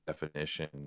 definition